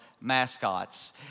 mascots